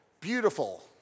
beautiful